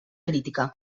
crítica